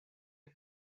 and